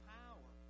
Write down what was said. power